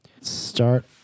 start